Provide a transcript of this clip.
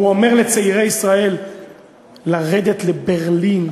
הוא אומר לצעירי ישראל לרדת לברלין.